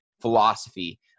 philosophy